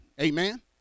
Amen